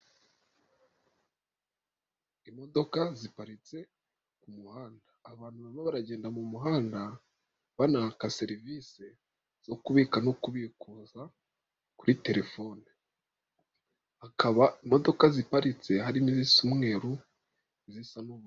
Imodoka ziparitse ku muhanda abantu barimo baragenda mu muhanda, banaka serivisi zo kubika no kubikuza kuri terefone, haba imodoka ziparitse harimo izisa imweru n'izisa n'ubusa.